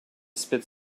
spit